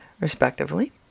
respectively